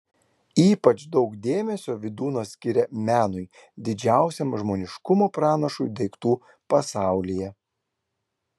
ypač daug dėmesio vydūnas skiria menui didžiausiam žmoniškumo pranašui daiktų pasaulyje